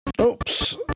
Oops